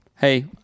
hey